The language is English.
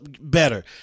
better